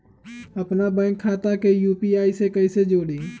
अपना बैंक खाता के यू.पी.आई से कईसे जोड़ी?